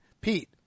Pete